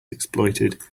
exploited